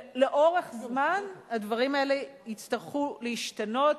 לאורך זמן הדברים האלה יצטרכו להשתנות.